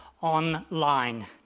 online